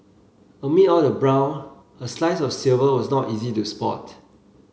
amid all the brown a slice of silver was not easy to spot